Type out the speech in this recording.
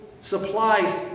supplies